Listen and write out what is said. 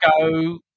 go